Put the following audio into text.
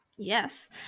Yes